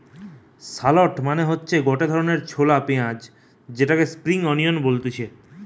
shallot মানে হতিছে গটে ধরণের ছলা পেঁয়াজ যেটাকে স্প্রিং আনিয়ান বলতিছে